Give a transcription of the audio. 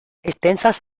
extensas